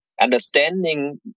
Understanding